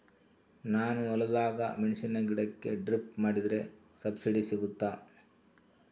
ನಾನು ಹೊಲದಾಗ ಮೆಣಸಿನ ಗಿಡಕ್ಕೆ ಡ್ರಿಪ್ ಮಾಡಿದ್ರೆ ಸಬ್ಸಿಡಿ ಸಿಗುತ್ತಾ?